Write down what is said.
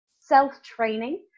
self-training